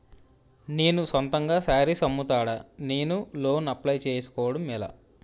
నేను సొంతంగా శారీస్ అమ్ముతాడ, నేను లోన్ అప్లయ్ చేసుకోవడం ఎలా?